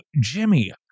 Jimmy